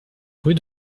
rue